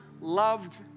loved